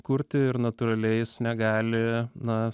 kurti ir natūraliai jis negali na